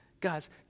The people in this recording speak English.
Guys